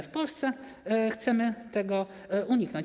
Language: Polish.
W Polsce chcemy tego uniknąć.